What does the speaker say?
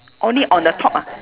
only on the top ah